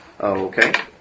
Okay